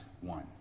one